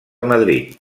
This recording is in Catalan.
madrid